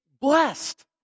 blessed